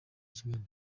kigali